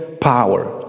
power